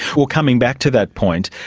well, coming back to that point,